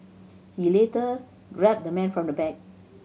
he later grabbed the man from the back